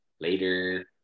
later